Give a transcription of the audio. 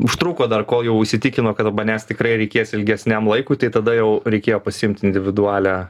užtruko dar kol jau įsitikino kad manęs tikrai reikės ilgesniam laikui tai tada jau reikėjo pasiimt individualią